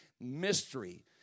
mystery